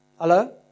Hello